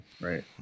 right